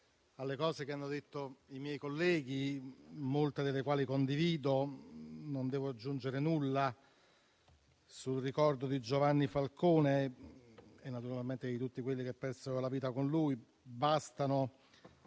a quanto hanno detto i miei colleghi, molte delle quali condivido. Non devo aggiungere nulla sul ricordo di Giovanni Falcone e naturalmente di tutti quelli che hanno perso la vita con lui. Bastano,